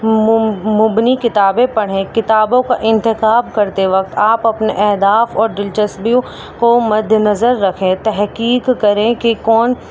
مبنی کتابیں پڑھیں کتابوں کا انتخاب کرتے وقت آپ اپنے اہداف اور دلچسبیوں کو مد نظر رکھیں تحقیق کریں کہ کون